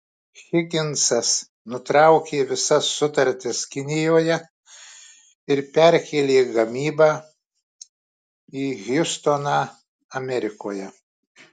higinsas nutraukė visas sutartis kinijoje ir perkėlė gamybą į hjustoną amerikoje